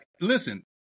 Listen